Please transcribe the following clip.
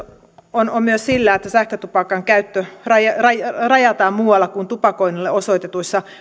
on on myös sillä että sähkötupakan käyttö rajataan rajataan muualla kuin tupakoinnille osoitetuissa